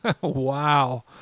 Wow